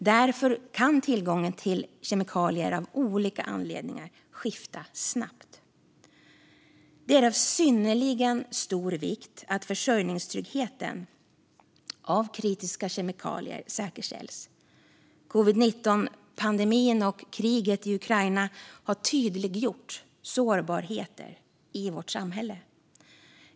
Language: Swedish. Därför kan tillgången till kemikalier av olika anledningar skifta snabbt. Det är av synnerligen stor vikt att försörjningstryggheten när det gäller kritiska kemikalier säkerställs. Covid-19-pandemin och kriget i Ukraina har tydliggjort sårbarheter i samhället.